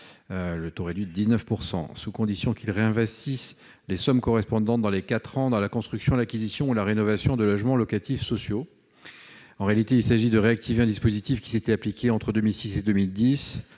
de locaux commerciaux, à condition qu'ils réinvestissent les sommes correspondantes dans les quatre ans dans la construction, l'acquisition ou la rénovation de logements locatifs sociaux. En réalité, cet amendement vise à réactiver un dispositif qui s'était appliqué entre 2006 et 2010.